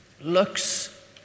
looks